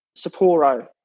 Sapporo